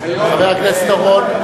חבר הכנסת אורון.